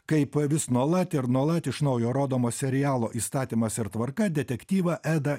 kaip vis nuolat ir nuolat iš naujo rodomo serialo įstatymas ir tvarka detektyvą edą